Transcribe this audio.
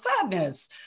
sadness